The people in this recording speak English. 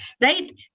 right